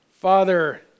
Father